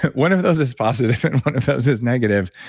one of those is positive and one of those is negative.